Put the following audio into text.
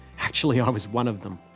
actually, i was one of them.